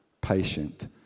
patient